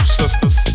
sisters